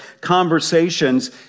conversations